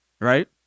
right